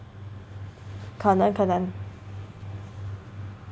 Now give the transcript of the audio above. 可能可能